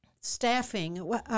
Staffing